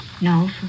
No